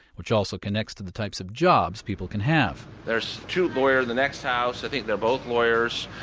which also connects to the types of jobs people can have there's two lawyers in the next house. i think they're both lawyers.